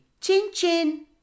Chin-chin